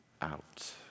out